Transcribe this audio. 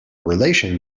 relation